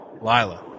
Lila